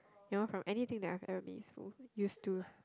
you know from anything that I've ever been used to